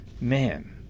Man